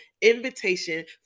invitation